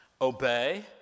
obey